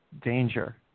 danger